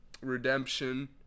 Redemption